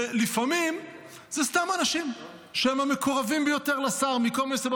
ולפעמים זה סתם אנשים שהם המקורבים ביותר לשר מכל מיני סיבות.